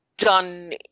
done